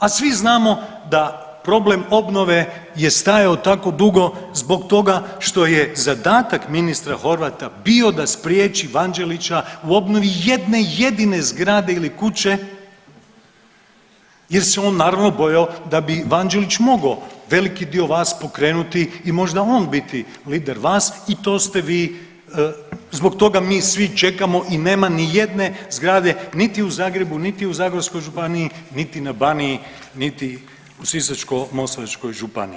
A svi znamo da problem obnove je stajao tako dugo zbog toga što je zadatak ministra Horvata bio da spriječi Vanđelića u obnovi jedne jedine zgrade ili kuće jer se on, naravno, bojao da bi Vanđelić mogao veliki dio vas pokrenuti i možda on biti lider vas i to sve vi, zbog toga mi svi čekamo i nema nijedne zgrade niti u Zagrebu niti u zagorskoj županiji niti na Baniji niti u Sisačko-moslavačkoj županiji.